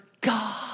God